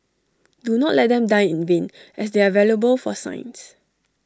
do not let them die in vain as they are valuable for science